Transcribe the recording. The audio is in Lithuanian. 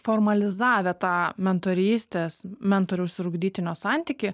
formalizavę tą mentorystės mentoriaus ir ugdytinio santykį